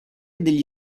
degli